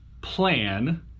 plan